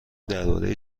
درباره